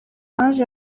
ange